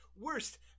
worst